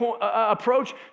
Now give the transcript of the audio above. approach